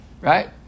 right